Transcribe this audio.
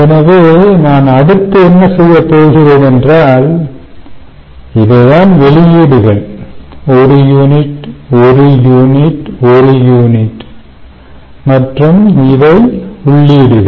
எனவே நான் அடுத்து என்ன செய்யப்போகிறேன் என்றால் இவை தான் வெளியீடுகள் 1 யூனிட் 1 யூனிட் 1 யூனிட் மற்றும் இவை உள்ளீடுகள்